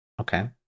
okay